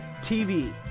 TV